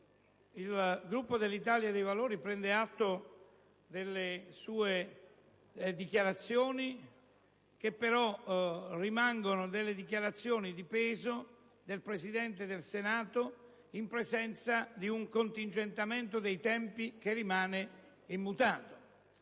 il Gruppo dell'Italia dei Valori prende atto delle sue dichiarazioni, che però rimangono dichiarazioni di peso del Presidente del Senato in presenza di un contingentamento dei tempi che rimane immutato.